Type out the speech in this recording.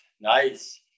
Nice